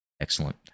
excellent